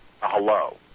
hello